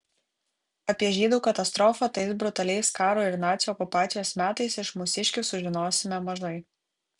apie žydų katastrofą tais brutaliais karo ir nacių okupacijos metais iš mūsiškių sužinosime mažai